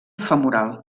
femoral